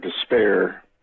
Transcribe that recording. despair